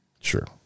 sure